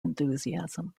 enthusiasm